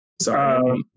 Sorry